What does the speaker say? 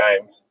games